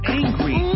angry